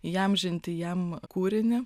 įamžinti jam kūrinį